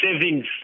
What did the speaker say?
savings